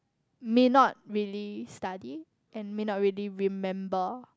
may not really study and may not really remember